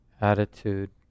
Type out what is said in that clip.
attitude